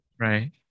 right